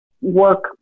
work